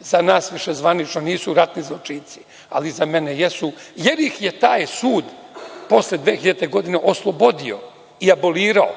za nas više zvanično nisu ratni zločinci, ali za mene jesu, jer ih je taj sud posle 2000. godine oslobodio i abolirao